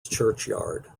churchyard